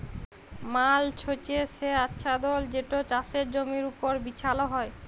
mulch হছে সে আচ্ছাদল যেট চাষের জমির উপর বিছাল হ্যয়